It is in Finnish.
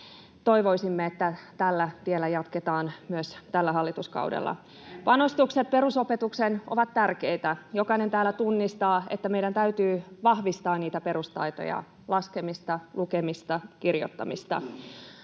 Timo Heinonen: Se vasta alkaa!] Panostukset perusopetukseen ovat tärkeitä. Jokainen täällä tunnistaa, että meidän täytyy vahvistaa niitä perustaitoja: laskemista, lukemista, kirjoittamista.